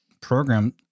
program